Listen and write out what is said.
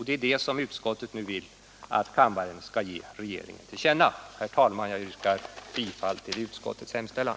Det är detta som utskottet nu vill att kammaren skall ge regeringen till känna. Herr talman! Jag vrkar bifall till utskottets hemställan.